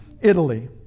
Italy